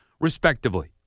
respectively